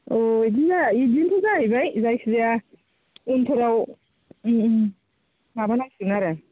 औ इदिनो इदिन्थ' जाहैबाय जायखि जाया उनफोराव माबा नांसिगोन आरो